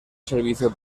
servicio